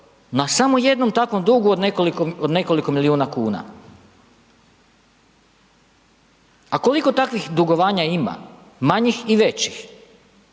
na samo jednom takvom dugu od nekoliko milijun kuna a koliko takvih dugovanja ima manjih i većih